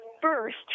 first